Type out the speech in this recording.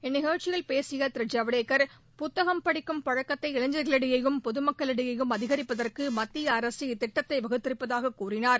இந்நிகழ்ச்சியில் பேசிய திரு ஜவடேக்கா் புத்தகம் படிக்கம் பழக்கத்தை இளைஞர்களிடையேயும் பொதுமக்களிடையேயும் அதிகிப்பதற்கு மத்திய அரசு திட்டத்தை வகுத்திருப்பதாகக் கூறினார்